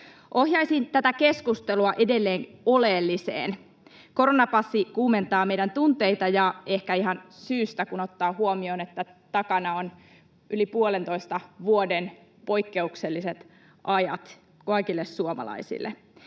Ohjaisin tätä keskustelua edelleen oleelliseen. Koronapassi kuumentaa meidän tunteitamme ja ehkä ihan syystä, kun ottaa huomioon, että takana on yli puolentoista vuoden poikkeukselliset ajat kaikille suomalaisille.